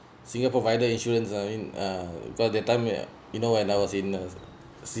single provider insurance uh I mean uh because that time when you know when I was in uh